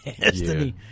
Destiny